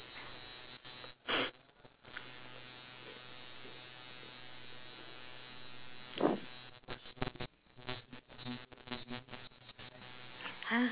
!huh!